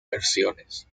versiones